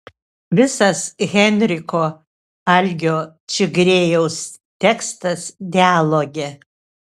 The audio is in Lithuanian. visas henriko algio čigriejaus tekstas dialoge